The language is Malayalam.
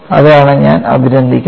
അതാണ് ഞാൻ അഭിനന്ദിക്കുന്നത്